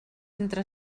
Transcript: entre